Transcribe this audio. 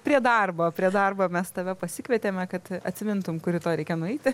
prie darbo prie darbo mes tave pasikvietėme kad atsimintum kur rytoj reikia nueiti